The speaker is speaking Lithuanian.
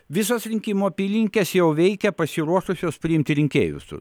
visos rinkimų apylinkes jau veikia pasiruošusios priimti rinkėjus